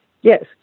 Yes